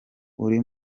uri